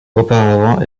auparavant